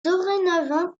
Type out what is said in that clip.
dorénavant